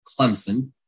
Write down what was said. Clemson